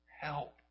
Help